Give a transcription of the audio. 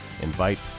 invite